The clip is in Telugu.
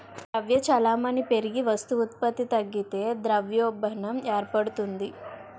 ద్రవ్య చలామణి పెరిగి వస్తు ఉత్పత్తి తగ్గితే ద్రవ్యోల్బణం ఏర్పడుతుంది